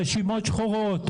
רשימות שחורות.